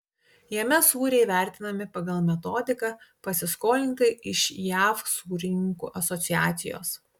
jame sūriai vertinami pagal metodiką pasiskolintą iš jav sūrininkų asociacijos